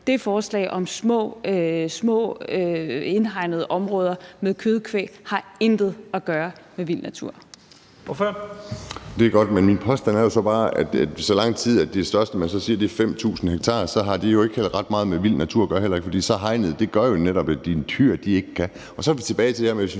Det forslag om små indhegnede områder med kødkvæg har intet at gøre med vild natur.